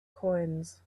coins